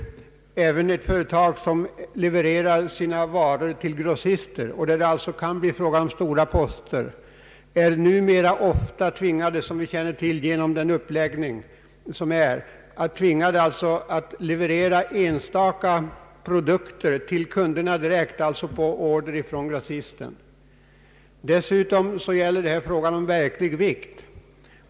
Även de företag som levererar sina varor till grossister, och där det alltså kan bli fråga om stora poster, är genom den nuvarande uppläggningen ofta tvingade att leverera enstaka produkter direkt till kunderna på order från grossisten. Dessutom gäller det här verklig vikt.